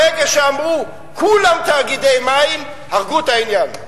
ברגע שאמרו: כולם תאגידי מים, הרגו את העניין.